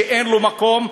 שאין לו מקום,